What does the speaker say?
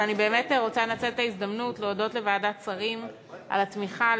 אבל אני באמת רוצה לנצל את ההזדמנות להודות לוועדת שרים על התמיכה,